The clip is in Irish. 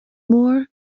mór